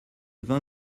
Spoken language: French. vin